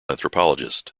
anthropologist